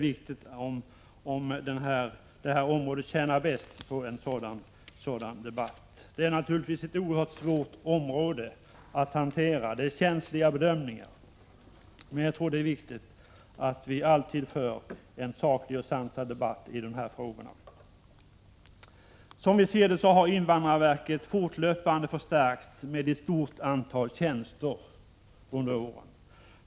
Saken tjänas bäst på det sättet. Det är naturligtvis ett oerhört svårt område att hantera, det är känsliga bedömningar, och därför är det viktigt att debatten i dessa frågor blir sansad och saklig. Som vi kan se har invandrarverket fortlöpande förstärkts med ett stort antal tjänster under åren.